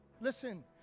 Listen